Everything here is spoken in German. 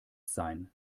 sein